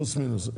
פלוס מינוס.